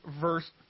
verse